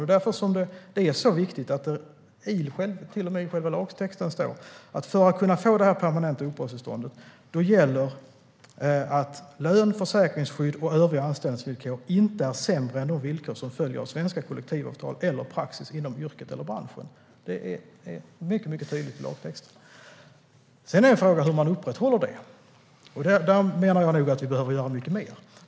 Det är därför det är så viktigt att det till och med i själva lagtexten mycket tydligt står att ett villkor för att få permanent uppehållstillstånd är att "lönen, försäkringsskyddet och övriga anställningsvillkor inte är sämre än de villkor som följer av svenska kollektivavtal eller praxis inom yrket eller branschen". Sedan är frågan hur man upprätthåller detta, och där menar jag nog att vi behöver göra mycket mer.